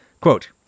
Quote